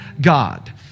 God